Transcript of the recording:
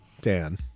Dan